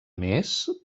més